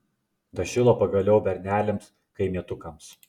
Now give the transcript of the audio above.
dašilo pagaliau berneliams kaimietukams